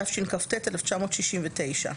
תשכ"ט-1969".